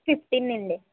fifteen అండీ